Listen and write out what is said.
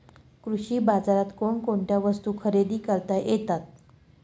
कृषी बाजारात कोणकोणत्या वस्तू खरेदी करता येतात